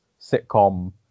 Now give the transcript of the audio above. sitcom